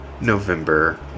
November